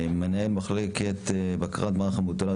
מנהל מחלקת בקרת מערך אמבולטורי,